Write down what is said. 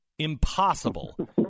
Impossible